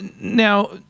now